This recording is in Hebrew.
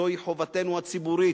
זוהי חובתנו הציבורית,